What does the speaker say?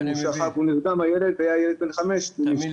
ילד בן חמש שנרדם,